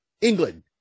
England